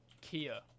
Kia